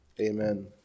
Amen